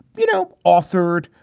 you know, authored,